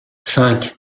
cinq